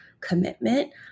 commitment